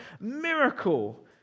miracle